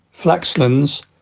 Flaxlands